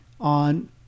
On